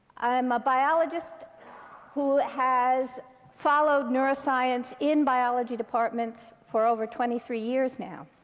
i'm a biologist who has followed neuroscience in biology departments for over twenty three years now.